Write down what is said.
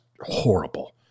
horrible